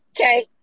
okay